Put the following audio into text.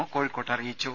O കോഴിക്കോട്ട് അറിയിച്ചു